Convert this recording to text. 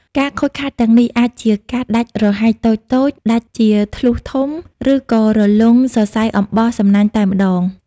ការខូចខាតទាំងនេះអាចជាការដាច់រហែកតូចៗ ដាច់ជាធ្លុះធំ ឬក៏រលុងសរសៃអំបោះសំណាញ់តែម្ដង។